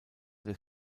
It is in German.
des